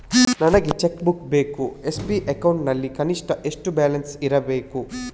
ನನಗೆ cheque book ಬೇಕು S B account ನಲ್ಲಿ ಕನಿಷ್ಠ ಎಷ್ಟು ಬ್ಯಾಲೆನ್ಸ್ ಇರಬೇಕು?